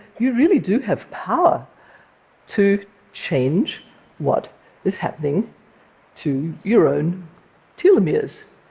you really do have power to change what is happening to your own telomeres.